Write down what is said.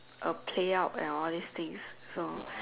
a play out and all these things so